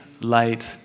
light